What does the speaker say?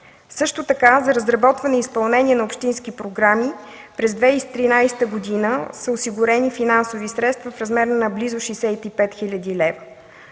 момента. За разработване и изпълнение на общински програми през 2013 г. са осигурени финансови средства в размер на близо 65 хил. лв.